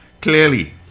clearly